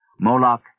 Moloch